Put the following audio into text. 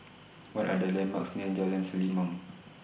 What Are The landmarks near Jalan Selimang